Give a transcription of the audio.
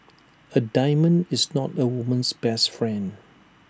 A diamond is not A woman's best friend